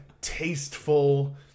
tasteful